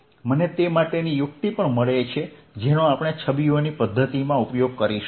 મને તે માટેની યુક્તિ પણ મળે છે જેનો આપણે છબીઓની પદ્ધતિમાં ઉપયોગ કરીશું